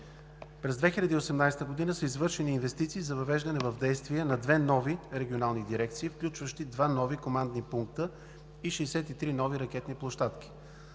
През 2018 г. са извършени инвестиции за въвеждане в действие на две нови регионални дирекции, включващи два нови командни пункта, и 63 нови ракетни площадки